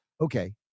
Okay